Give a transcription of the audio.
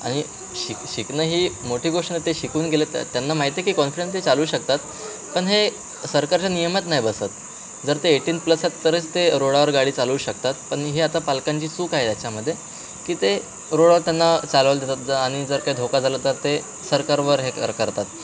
आणि शिक शिकणं ही मोठी गोष्ट ते शिकून गेले तर त्यांना माहिती आहे की कॉन्फिडन्स ते चालवू शकतात पण हे सरकारच्या नियमात नाही बसत जर ते एटीन प्लस आहेत तरच ते रोडावर गाडी चालवू शकतात पण ही आता पालकांची चूक आहे त्याच्यामध्ये की ते रोडावर त्यांना चालवायला देतात ज आणि जर काही धोका झालं तर ते सरकारवर हे कर करतात